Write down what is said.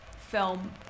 film